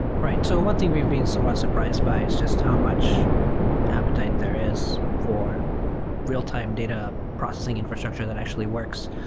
right. so one thing we've been somewhat surprised by is just how much appetite there is for real-time data processing infrastructure that actually works.